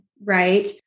Right